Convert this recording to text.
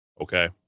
Okay